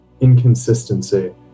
inconsistency